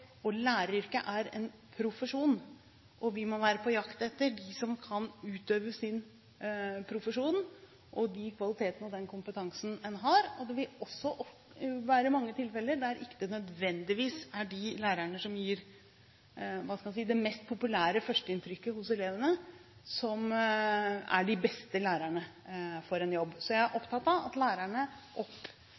Læreryrket er en profesjon, og vi må være på jakt etter dem som kan utøve sin profesjon og få fram de kvalitetene og den kompetansen en har. Det vil også være mange tilfeller der det ikke nødvendigvis er de lærerne som gir det mest populære førsteinntrykket hos elevene, som er de beste lærerne for en jobb. Så jeg er opptatt av at lærerne